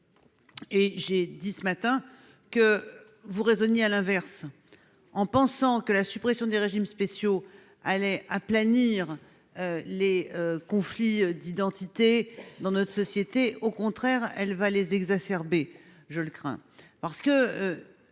Et j'ai dit ce matin que vous raisonniez à l'inverse, en pensant que la suppression des régimes spéciaux allait aplanir les conflits d'identité dans notre société : je crains, au contraire, qu'elle ne les exacerbe. En fait,